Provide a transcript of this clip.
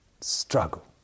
struggle